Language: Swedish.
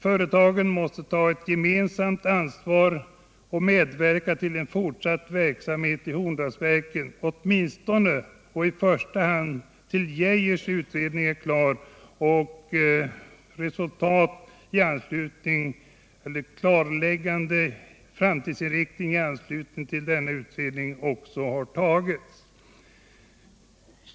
Företagen måste ta ett gemensamt ansvar och medverka till en fortsatt verksamhet i Horndalsverken, åtminstone i första hand tills Geijers utredning är klar och en klarläggande framtidsinriktning i anslutning till denna utredning också har tagits.